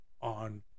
on